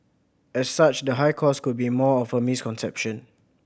as such the high cost could be more of a misconception